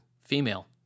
female